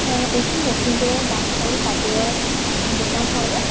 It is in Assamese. অঁ এইটো লখিমপুৰৰ গামখাৰু কাপোৰৰ দোকান হয়নে